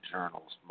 Journals